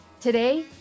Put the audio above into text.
Today